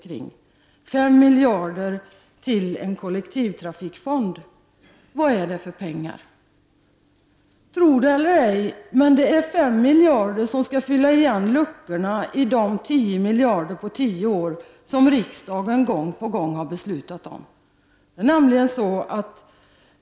Det gäller alltså 5 miljarder som skall gå till en kollektivtrafikfond. Men vad är det för pengar? Tro det eller ej, men dessa 5 miljarder skall fylla luckorna — och det handlar då om 10 miljarder på tio år som riksdagen gång på gång har beslutat om.